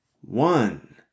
one